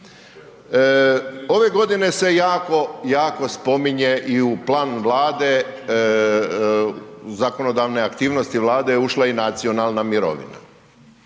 Ove godine se jako spominje i u planu Vlade, zakonodavne aktivnosti Vlade ušla je i nacionalna mirovina.